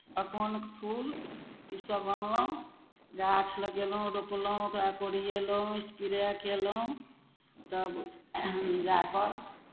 अकोनक फूल इसभ अनलहुँ गाछ लगेलहुँ रोपलहुँ ओकरा कोरिएलहुँ इसपरे कयलहुँ तब जा कऽ